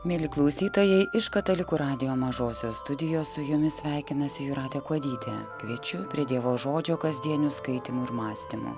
mieli klausytojai iš katalikų radijo mažosios studijos su jumis sveikinasi jūratė kuodytė kviečiu prie dievo žodžio kasdienių skaitymų ir mąstymų